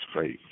faith